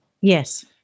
Yes